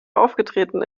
aufgetreten